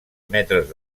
metres